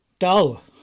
Dull